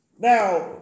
Now